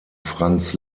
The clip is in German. franz